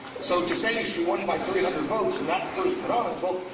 so to say she won by three hundred votes and that proves predominance, well,